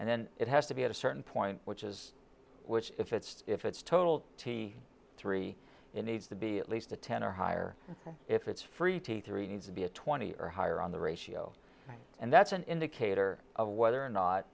and then it has to be at a certain point which is which if it's if it's total t three in needs to be at least a ten or higher if it's free p three needs to be a twenty or higher on the ratio and that's an indicator of whether or not